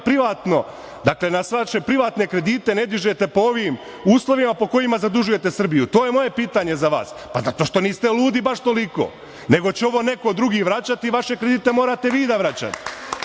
privatno, što na vaše privatne kredite ne dižete po ovim uslovima po kojima zadužujete Srbiju? To je moje pitanje za vas. Zato što niste ludi baš toliko, nego će ovo neko drugi vraćati, vaše kredite morate vi da vraćate. Vi